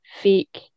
fake